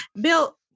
Bill